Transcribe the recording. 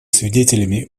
свидетелями